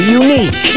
unique